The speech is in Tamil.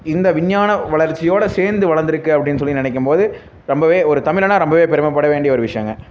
இந்த விஞ்ஞான வளர்ச்சியோட சேர்ந்து வளந்திருக்கு அப்படின்னு சொல்லி நினைக்கும்போது ரொம்பவே ஒரு தமிழனாக ரொம்பவே பெருமைப்பட வேண்டிய ஒரு விஷியங்க